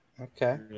Okay